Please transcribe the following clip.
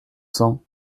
cents